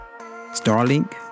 Starlink